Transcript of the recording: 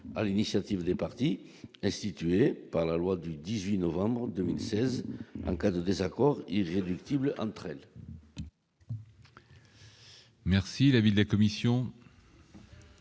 à l'initiative des partis institués par la loi du 18 novembre 2016 en cas de désaccord irréductible entre elles. Merci l'avis de la commission.